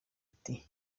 iti